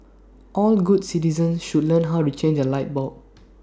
all good citizens should learn how to change A light bulb